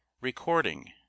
Recording